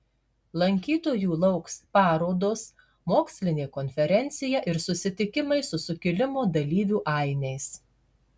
lankytojų lauks parodos mokslinė konferencija ir susitikimai su sukilimo dalyvių ainiais